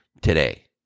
today